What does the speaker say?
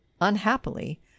unhappily